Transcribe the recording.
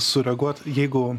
sureaguot jeigu